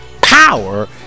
power